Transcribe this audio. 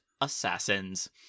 Assassins